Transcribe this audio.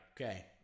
okay